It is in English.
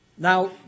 Now